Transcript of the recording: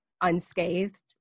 unscathed